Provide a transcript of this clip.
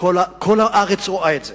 וכל הארץ רואה את זה,